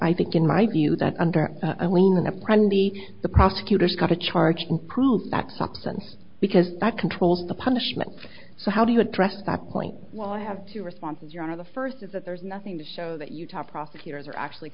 i think in my view that under the the prosecutor's covered charge prove that sense because that controls the punishment so how do you address that point well i have two responses your honor the first is that there's nothing to show that utah prosecutors are actually